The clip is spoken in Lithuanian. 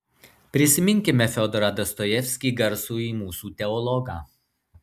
prisiminkime fiodorą dostojevskį garsųjį mūsų teologą